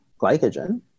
glycogen